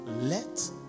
let